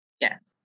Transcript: Yes